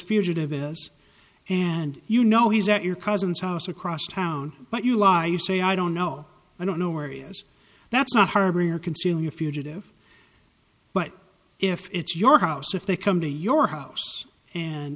fugitive is and you know he's at your cousin's house across town but you law you say i don't know i don't know where he is that's not harboring or concealing a fugitive but if it's your house if they come to your house and